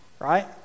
right